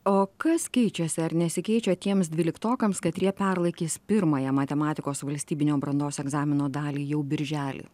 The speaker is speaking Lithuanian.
o kas keičiasi ar nesikeičia tiems dvyliktokams katrie perlaikys pirmąją matematikos valstybinio brandos egzamino dalį jau birželį